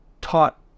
taught